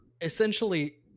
essentially